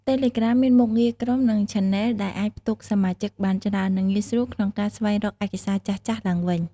តេឡេក្រាម មានមុខងារក្រុម និង ឆាណែល ដែលអាចផ្ទុកសមាជិកបានច្រើន និងងាយស្រួលក្នុងការស្វែងរកឯកសារចាស់ៗឡើងវិញ។